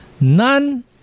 none